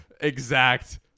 exact